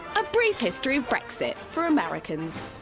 a brief history of brexit for americans.